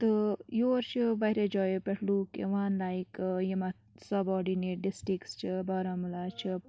تہٕ یور چھِ واریَہو جایو پٮ۪ٹھ لوٗکھ یِوان لایک یِم اَتھ سَب آڈٕنیٹ ڈِسٹِٛرکس چھِ بارہمولہ چھِ